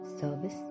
service